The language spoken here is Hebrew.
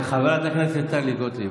חברת הכנסת טלי גוטליב,